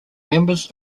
members